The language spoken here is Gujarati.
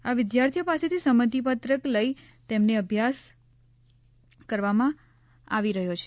આ વિદ્યાર્થીઓ પાસેથી સંમતિ પત્રક લઈ તેમને અભ્યાસ કરવામાં આવી રહ્યો છે